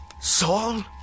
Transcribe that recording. Saul